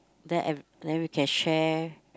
then every then we can share